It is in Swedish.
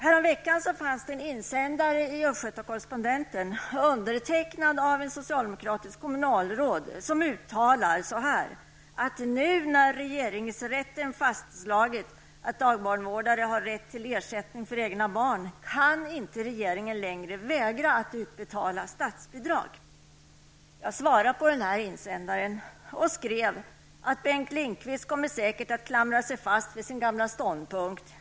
Häromveckan fanns en insändare i Östgöta Correspondenten undertecknad av ett socialdemokratiskt kommunalråd, som uttalar så här: Nu när regeringsrätten fastslagit att dagbarnvårdare har rätt till ersättning för egna barn kan inte regeringen längre vägra att utbetala statsbidrag. Lindqvist säkert kommer att klamra sig fast vid sin gamla ståndpunkt.